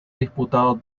disputado